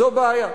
זו בעיה.